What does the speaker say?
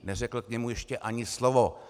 Neřekl k němu ještě ani slovo.